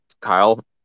Kyle